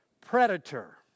predator